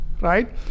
right